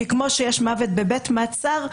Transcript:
כי כמו שיש מוות בבית מעצר,